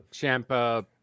Champa